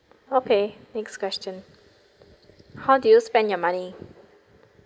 okay next question how did you spend your money